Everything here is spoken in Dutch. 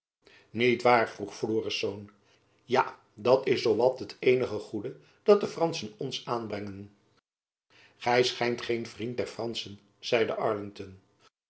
niet waar vroeg florisz ja dat is zoo wat het eenige goede dat de franschen ons aanbrengen gy schijnt geen vriend der franschen zeide arlington